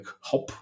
hop